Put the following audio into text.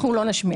אנחנו לא נשמיע.